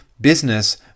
business